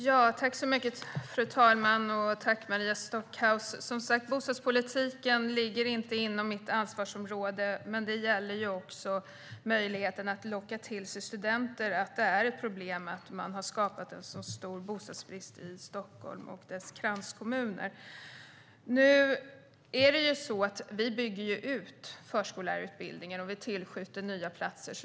Fru talman! Tack, Maria Stockhaus! Bostadspolitiken ligger som sagt inte inom mitt ansvarsområde. När det gäller möjligheten att locka till sig studenter är det ett problem att man har skapat en så stor bostadsbrist i Stockholm och dess kranskommuner. Vi bygger ut förskollärarutbildningen och tillskjuter nya platser.